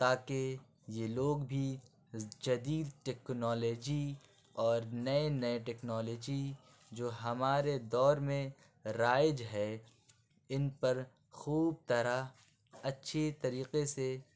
تاکہ یہ لوگ بھی جدید ٹکنالوجی اور نئے نئے ٹکنالوجی جو ہمارے دور میں رائج ہے اِن پر خوب طرح اچھی طریقے سے